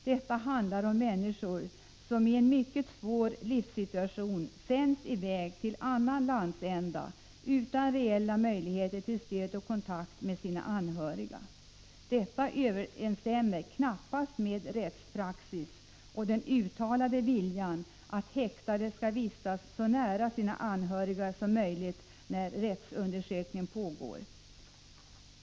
Det handlar här om människor som i en mycket svår livssituation sänds iväg till en annan landsända utan reella möjligheter till stöd av och kontakt med sina anhöriga. Detta överensstämmer knappast med rättspraxis och den uttalade viljan att häktade skall vistas så nära sina anhöriga som möjligt när rättsundersökning pågår.